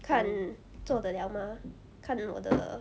看做得了吗看我的